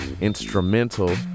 Instrumental